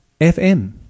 FM